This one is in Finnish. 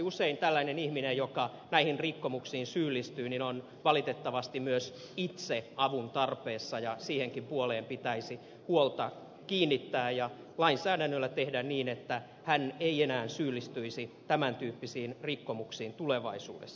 usein tällainen ihminen joka näihin rikkomuksiin syyllistyy on valitettavasti myös itse avun tarpeessa ja siihenkin puoleen pitäisi huomiota kiinnittää ja lainsäädännöllä pitäisi vaikuttaa siihen että hän ei enää syyllistyisi tämän tyyppisiin rikkomuksiin tulevaisuudessa